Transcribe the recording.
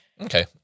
Okay